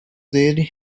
dele